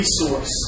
resource